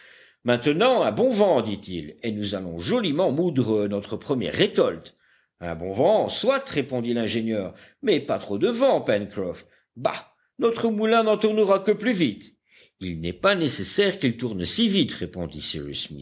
maintenant un bon vent dit-il et nous allons joliment moudre notre première récolte un bon vent soit répondit l'ingénieur mais pas trop de vent pencroff bah notre moulin n'en tournera que plus vite il n'est pas nécessaire qu'il tourne si vite répondit